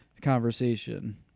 conversation